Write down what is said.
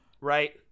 right